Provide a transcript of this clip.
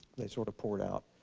they sort of poured out,